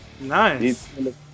nice